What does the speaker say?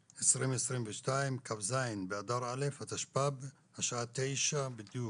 ב-28.2.2022, כ"ז באדר א' התשפ"ב, השעה תשע בדיוק.